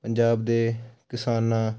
ਪੰਜਾਬ ਦੇ ਕਿਸਾਨਾਂ